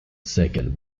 second